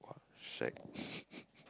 !wah! shag